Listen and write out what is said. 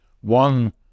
one